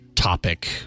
topic